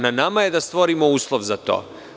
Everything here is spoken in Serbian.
Na nama je da stvorimo uslov za to.